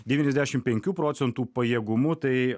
devyniasdešim penkių procentų pajėgumu tai